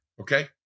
Okay